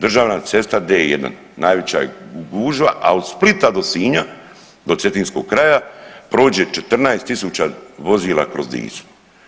Državna cesta D1 najveća je gužva, a od Splita do Sinja, do cetinskog kraja prođe 14000 vozila kroz Dicmo.